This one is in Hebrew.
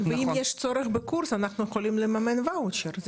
ואם יש צורך בקורס אנחנו יכולים לממן ואוצ'ר,